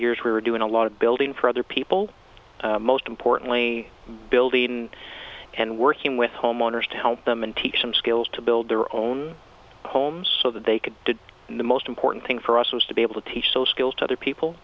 years we were doing a lot of building for other people most importantly building and working with homeowners to help them and teach them skills to build their own homes so that they could do the most important thing for us was to be able to teach those skills to other people